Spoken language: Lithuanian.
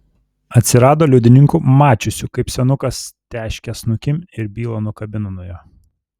atsirado liudininkų mačiusių kaip senukas teškia snukin ir bylą nukabino nuo jo